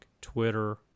Twitter